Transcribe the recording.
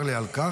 צר לי על כך.